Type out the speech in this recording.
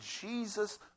Jesus